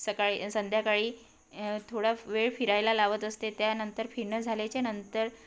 सकाळी संध्याकाळी थोडा वेळ फिरायला लावत असते त्यानंतर फिरणं झाल्याच्यानंतर